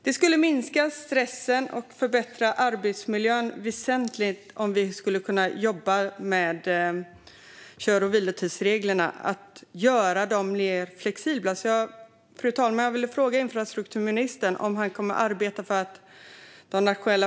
Det skulle minska stressen och förbättra arbetsmiljön väsentligt om vi kunde jobba med att göra kör och vilotidsreglerna mer flexibla.